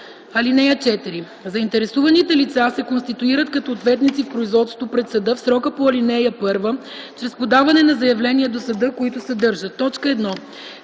ред. (4) Заинтересуваните лица се конституират като ответници в производството пред съда в срока по ал. 1 чрез подаване на заявления до съда, които съдържат: 1.